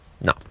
No